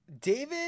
David